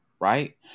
Right